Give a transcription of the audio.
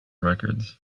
records